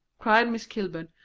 cried miss kilburn.